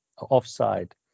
offside